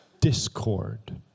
discord